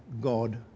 God